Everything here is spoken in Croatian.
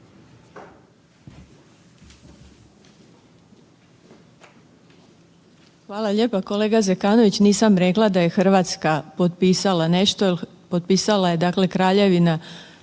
Hvala lijepo. Kolega Zekanović nisam rekla da je Hrvatska potpisala nešto, potpisala je Kraljevina